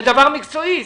זה דבר מקצועי,